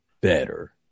better